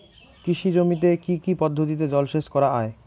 কৃষি জমিতে কি কি পদ্ধতিতে জলসেচ করা য়ায়?